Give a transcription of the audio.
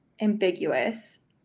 ambiguous